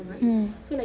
mm